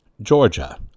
Georgia